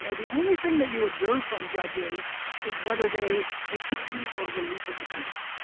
you know the only thing that you observe from judges is whether they detain or release a defendant,